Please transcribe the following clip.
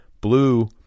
Blue